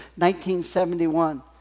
1971